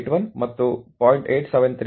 8781 ಮತ್ತು 0